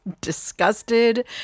disgusted